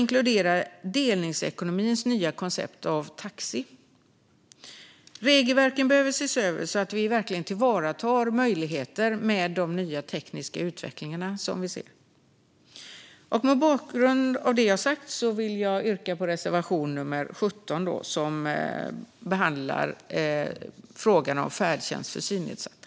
Även delningsekonomins nya koncept för taxi bör inkluderas. Regelverken behöver ses över så att vi verkligen tillvaratar de möjligheter den tekniska utvecklingen ger. Jag yrkar bifall till reservation nummer 17 om färdtjänst för synnedsatta.